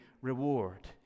reward